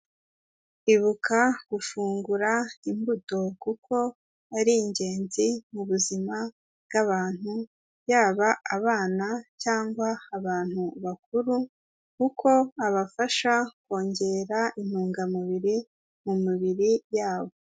Ibuka gufungura imbuto kuko ari ingenzi mu buzima bw'abantu, yaba abana cyangwa abantu bakuru kuko abafasha kongera intungamubiri mu mibiri yabo.